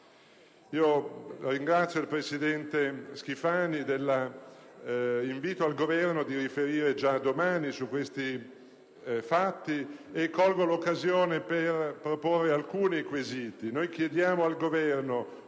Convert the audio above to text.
Ringrazio il presidente Schifani dell'invito al Governo a riferire, già domani, su questi fatti, e colgo l'occasione per proporre alcuni quesiti